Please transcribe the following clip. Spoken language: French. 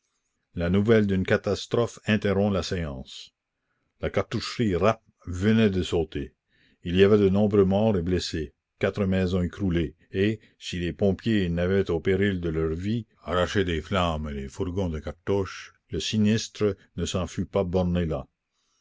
la nouvelle d'une catastrophe interrompt la séance la cartoucherie rapp venait de sauter il y avait de nombreux morts et blessés quatre maisons écroulées et si les pompiers n'avaient au péril de leur vie arraché des flammes les fourgons de cartouches le sinistre ne s'en fût pas borné là